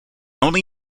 only